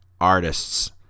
artists